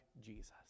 Jesus